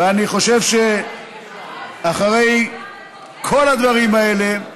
אני חושב שאחרי כל הדברים האלה,